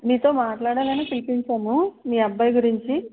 మీతో మాట్లాడాలని పిలిపించాము మీ అబ్బాయి గురించి